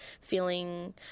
feeling